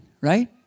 right